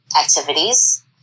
activities